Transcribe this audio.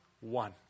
one